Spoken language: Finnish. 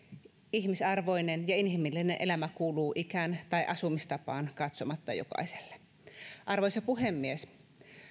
ihmisarvoinen ja inhimillinen elämä kuuluu ikään tai asumistapaan katsomatta jokaiselle arvoisa puhemies